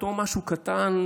אותו משהו קטן,